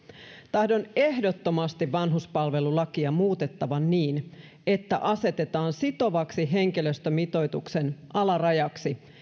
tahdon ehdottomasti vanhuspalvelulakia muutettavan niin että asetetaan sitovaksi henkilöstömitoituksen alarajaksi